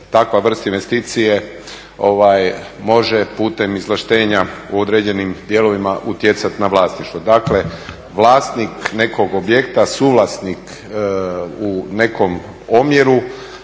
takva vrsta investicije može putem izvlaštenja u određenim dijelovima utjecat na vlasništvo. Dakle, vlasnik nekog objekta, suvlasnik u nekom omjeru,